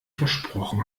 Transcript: versprochen